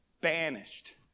Banished